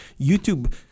YouTube